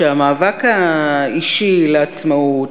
שהמאבק האישי לעצמאות,